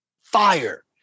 fire